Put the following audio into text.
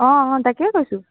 অঁ অঁ তাকেই কৈছোঁ